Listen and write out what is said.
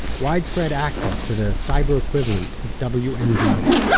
widespread access to the cyber equivalent of wmds